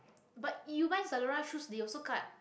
but you buy zalora shoes they also cut